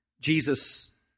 Jesus